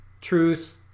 truth